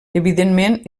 evidentment